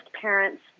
parents